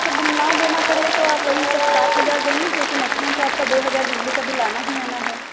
sir bill ना देना पड़े तो आप वही तो तब सात हजार देंगे क्योंकि मैक्सिमम तो आपका दो हजार बिजली का बिल आना ही आना है